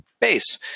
base